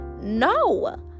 No